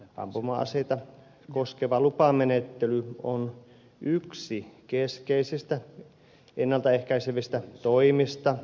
ampuma aseita koskeva lupamenettely on yksi keskeisistä ennalta ehkäisevistä toimista